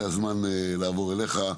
זה הזמן לעבור אליך,